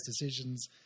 decisions